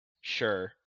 Sure